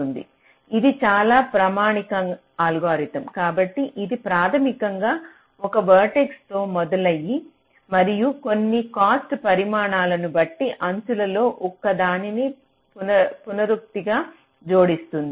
ఇది చాలా ప్రామాణిక అల్గోరిథం కాబట్టి ఇది ప్రాథమికంగా ఒక వర్టెక్స్ తో మొదలయ్యాయి మరియు కొన్ని కాస్ట్ ప్రమాణాలను బట్టి అంచులలో ఒక్కో దాన్ని పునరుక్తిగా జోడిస్తుంది